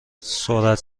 سرعت